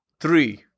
Three